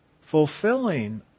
fulfilling